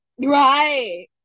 Right